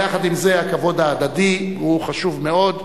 אבל יחד עם זה הכבוד ההדדי חשוב מאוד.